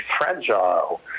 fragile